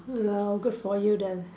good for you then